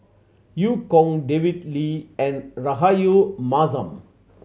Eu Kong David Lee and Rahayu Mahzam